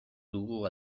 dugu